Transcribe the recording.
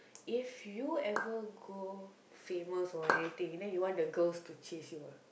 if you ever go famous or anything then you want the girls to chase you